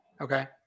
okay